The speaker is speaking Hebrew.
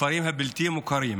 בכפרים הבלתי-מוכרים,